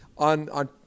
On